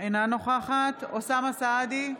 אינה נוכחת אוסאמה סעדי,